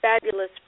fabulous